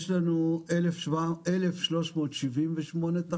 יש לנו 1,378 תחנות.